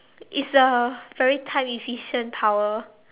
it's a very time efficient power